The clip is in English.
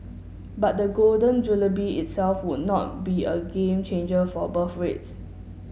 but the Golden itself would not be a game changer for birth rates